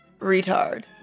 retard